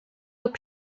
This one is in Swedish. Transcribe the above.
upp